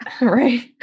right